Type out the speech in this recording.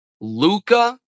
Luca